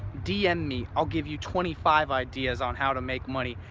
dm me. i'll give you twenty five ideas on how to make money.